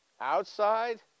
outside